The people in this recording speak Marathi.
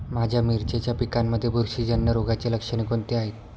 माझ्या मिरचीच्या पिकांमध्ये बुरशीजन्य रोगाची लक्षणे कोणती आहेत?